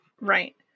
Right